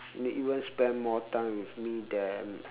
they even spend more time with me than